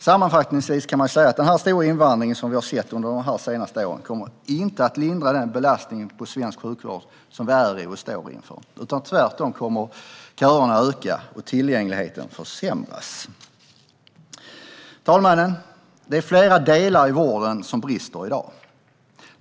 Sammanfattningsvis kan man säga att den stora invandring som vi har sett under de senaste åren inte kommer att lindra belastningen på svensk sjukvård som vi är i och står inför, utan tvärtom kommer köerna att öka och tillgängligheten försämras. Herr talman! Det är flera delar i vården som brister i dag.